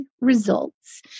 results